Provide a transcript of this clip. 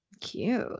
Cute